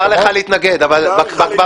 מותר לך להתנגד, אבל במליאה.